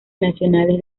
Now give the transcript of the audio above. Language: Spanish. nacionales